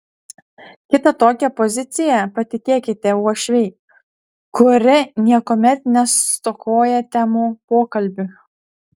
kitą tokią poziciją patikėkite uošvei kuri niekuomet nestokoja temų pokalbiui